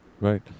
Right